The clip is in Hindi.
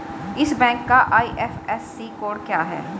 इस बैंक का आई.एफ.एस.सी कोड क्या है?